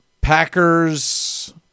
Packers